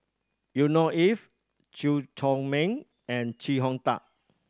Yusnor Ef Chew Chor Meng and Chee Hong Tat